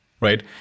right